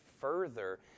further